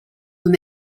when